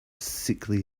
sickly